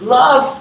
love